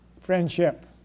friendship